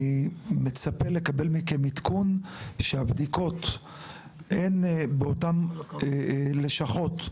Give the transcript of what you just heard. אני מצפה לקבל מכם עדכון שהבדיקות הן באותן לשכות,